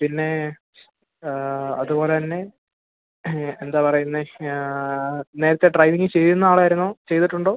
പിന്നെ അത്പോലെ തന്നെ എന്താ പറയുന്നത് നേരത്തെ ഡ്രൈവിംഗ് ചെയ്യുന്ന ആളായിരുന്നോ ചെയ്തിട്ടുണ്ടോ